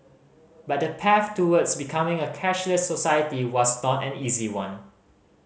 but the path towards becoming a cashless society was not an easy one